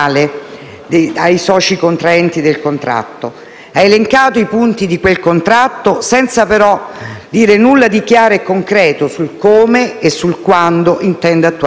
Grazie